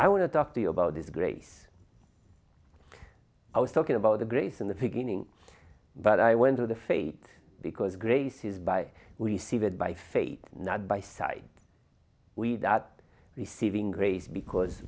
i want to talk to you about is grace i was talking about the grace in the beginning but i went to the fate because grace is by receive it by faith not by sight we that receiving grace because